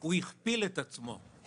הוא הכפיל את עצמו,